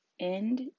end